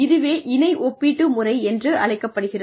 இதுவே இணை ஒப்பீட்டு முறை என்று அழைக்கப்படுகிறது